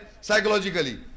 psychologically